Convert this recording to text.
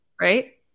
right